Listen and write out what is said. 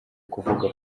kuvuga